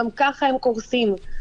גם ככה הם קורסים.